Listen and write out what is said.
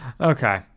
Okay